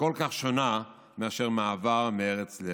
וכל כך שונה מאשר מעבר מארץ לארץ.